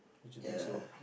ya